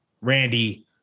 Randy